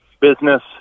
business